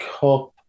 Cup